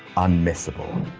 unmissable.